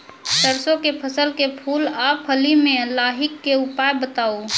सरसों के फसल के फूल आ फली मे लाहीक के उपाय बताऊ?